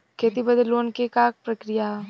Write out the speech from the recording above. खेती बदे लोन के का प्रक्रिया ह?